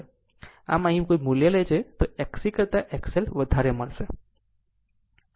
આમ જો અહીંથી કોઈ મૂલ્ય લે છે તો XC કરતાં XL વધારે મળશે